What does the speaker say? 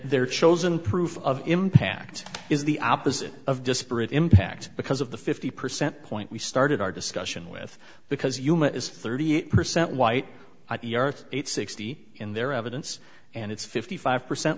their chosen proof of impact is the opposite of disparate impact because of the fifty percent point we started our discussion with because yuma is thirty eight percent white i be earth eight sixty in their evidence and it's fifty five percent